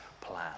plan